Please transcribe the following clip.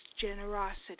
generosity